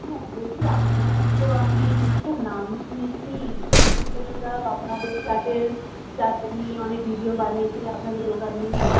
হ্যাঁ বলছি আপনার তো আমি খুব নাম শুনেছি ইউটিউবাররাও আপনাদের চাটের চাট নিয়ে অনেক ভিডিও বানিয়েছে আপনাদের দোকান নিয়ে